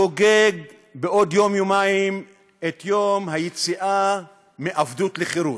חוגג בעוד יום-יומיים את יום היציאה מעבדות לחירות.